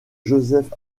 joseph